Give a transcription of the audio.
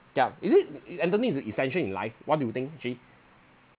yeah is it entertaining is a essential in life what do you think actually